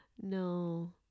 no